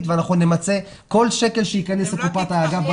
ואנחנו נמצה כך שכל שקל שייכנס לקופת האגף,